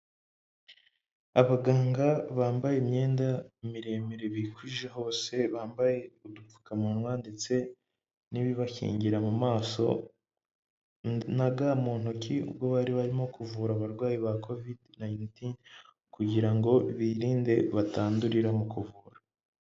Abaganga bambaye imyenda miremire bikwije hose bambaye udupfukamunwa ndetse n'ibibakingira mu maso na ga mu ntoki ubwo bari barimo kuvura abarwayi ba covidi nayini tini kugira ngo birinde batandurira mu kuvura.